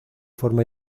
forma